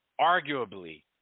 arguably